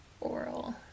oral